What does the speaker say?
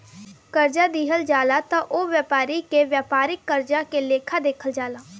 कर्जा दिहल जाला त ओह व्यापारी के व्यापारिक कर्जा के लेखा देखल जाला